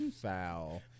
foul